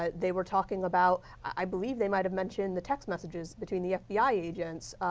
ah they were talking about i believe they might have mentioned the text messages between the fbi agent.